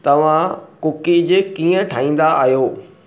तव्हां कुकीज़ कीअं ठाहींदा आहियो